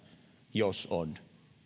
jos on